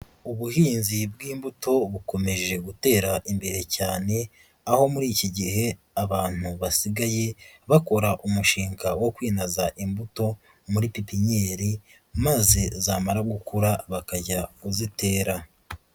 Ubuhinzi bw'imbuto bukomeje gutera imbere cyane, aho muri iki gihe abantu basigaye bakora umushinga wo kwinaza imbuto muri pipinyeri maze zamara gukura bakajya kuzitera.